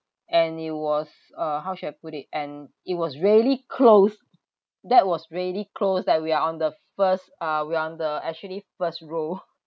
and it was uh how should I put it and it was really close that was really close that we are on the first ah we are on the actually first row